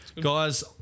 Guys